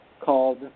called